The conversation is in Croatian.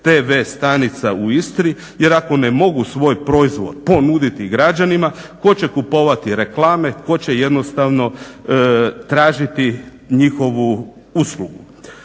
tv stanica u Istri jer ako ne mogu svoj proizvod ponuditi građanima tko će kupovati reklame, tko će jednostavno tražiti njihovu uslugu?